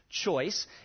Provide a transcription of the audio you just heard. choice